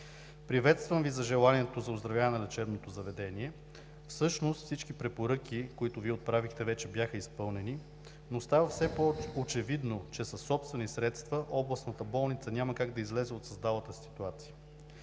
Приветствам Ви за желанието за оздравяване на лечебното заведение. Всъщност всички препоръки, които Вие отправихте, вече бяха изпълнени, но става все по-очевидно, че със собствени средства областната болница няма как да излезе от създалата се ситуация.